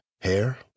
hair